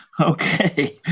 Okay